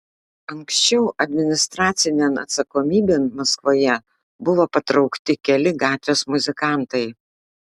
anksčiau administracinėn atsakomybėn maskvoje buvo patraukti keli gatvės muzikantai